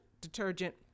detergent